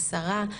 השרה,